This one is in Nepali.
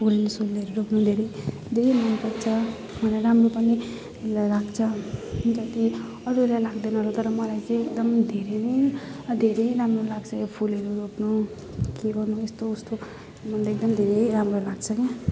फुलसुलहरू रोप्नु धेरै धेरै मनपर्छ मलाई राम्रो पनि लाग्छ जति अरूलाई लाग्दैन होला तर मलाई चाहिँ एकदम धेरै नै धेरै राम्रो लाग्छ यो फुलहरू रोप्नु के गर्नु यस्तोउस्तो मलाई एकदम धेरै राम्रो लाग्छ क्या